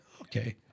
Okay